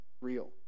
real